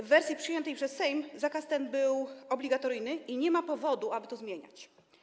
W wersji przyjętej przez Sejm zakaz ten był obligatoryjny i nie ma powodu, aby to zmieniać.